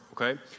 okay